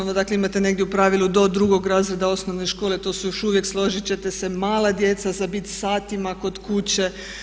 Dakle, imate negdje u pravilu do 2. razreda osnovne škole, to su još uvijek složit ćete se mala djeca za biti satima kod kuće.